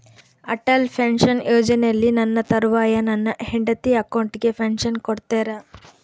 Atal pension ಯೋಜನೆಯಲ್ಲಿ ನನ್ನ ತರುವಾಯ ನನ್ನ ಹೆಂಡತಿ ಅಕೌಂಟಿಗೆ ಪೆನ್ಶನ್ ಕೊಡ್ತೇರಾ?